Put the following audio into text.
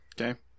Okay